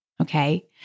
Okay